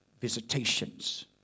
Visitations